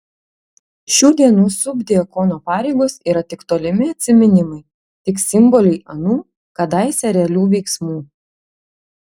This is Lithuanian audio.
šių dienų subdiakono pareigos yra tik tolimi atsiminimai tik simboliai anų kadaise realių veiksmų